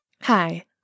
Hi